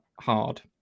hard